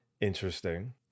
interesting